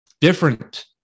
different